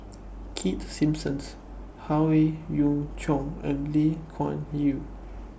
Keith Simmons Howe Yoon Chong and Lee Kuan Yew